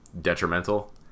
detrimental